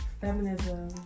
Feminism